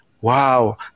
wow